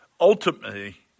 Ultimately